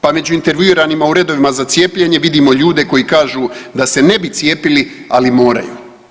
Pa već intervjuiranima u redovima za cijepljene vidimo ljude koji kažu da se ne bi cijepili ali moraju.